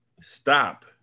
stop